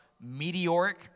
meteoric